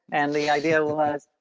and the idea was,